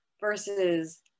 versus